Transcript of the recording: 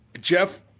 Jeff